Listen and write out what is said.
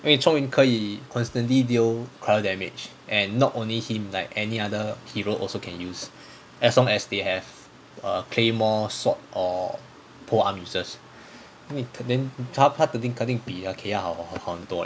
因为 chong yun 可以 constantly deal cyro damage and not only him like any other hero also can use as long as they have a claymore sword or pro arm users then 他他肯定肯定比 kaeya 好好很多了